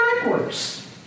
backwards